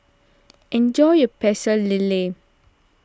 enjoy your Pecel Lele